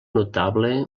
notable